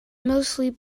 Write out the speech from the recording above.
mostly